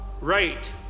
Right